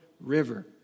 River